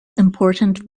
important